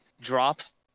drops